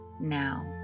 now